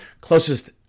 closest